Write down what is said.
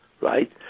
right